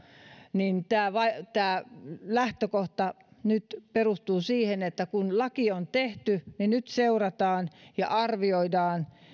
niin lähtökohta perustuu siihen että kun laki on tehty niin nyt seurataan ja arvioidaan